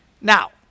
Now